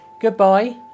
Goodbye